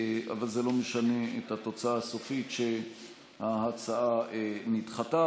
אבל זה לא משנה את התוצאה הסופית שההצעה נדחתה.